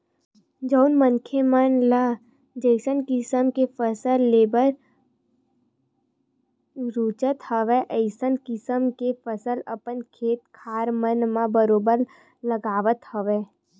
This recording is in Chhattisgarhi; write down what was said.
जउन मनखे मन ल जइसन किसम के फसल लेबर रुचत हवय अइसन किसम के फसल अपन खेत खार मन म बरोबर लेवत हवय